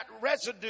residue